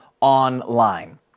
online